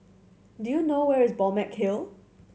do you know where is Balmeg Hill